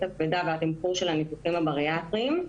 הכבדה והתמחור של הניתוחים הבריאטריים.